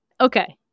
Okay